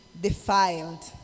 defiled